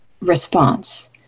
response